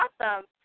awesome